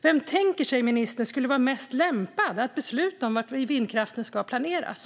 Vem tänker sig ministern skulle vara mest lämpad att besluta var vindkraften ska planeras?